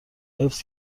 حفظ